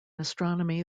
astronomy